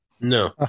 No